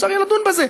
יהיה אפשר לדון בזה.